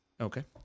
Okay